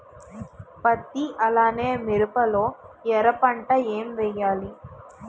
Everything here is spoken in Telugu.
పత్తి అలానే మిరప లో ఎర పంట ఏం వేయాలి?